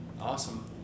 Awesome